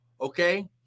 okay